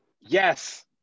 Yes